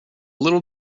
little